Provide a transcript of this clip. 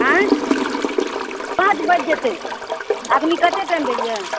आइ पाँच बजि जेतै अखन कते टाइम होइया